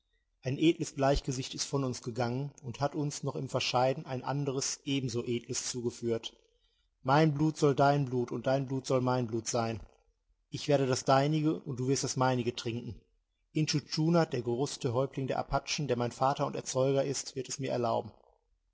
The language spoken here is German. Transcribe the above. ein edles bleichgesicht ist von uns gegangen und hat uns noch im verscheiden ein anderes ebenso edles zugeführt mein blut soll dein blut und dein blut soll mein blut sein ich werde das deinige und du wirst das meinige trinken intschu tschuna der größte häuptling der apachen der mein vater und erzeuger ist wird es mir erlauben